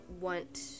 want